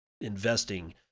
investing